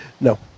No